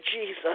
Jesus